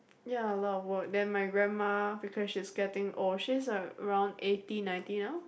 ya a lot of work then my grandma because she's getting old she's around eighty ninety now